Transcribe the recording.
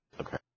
okay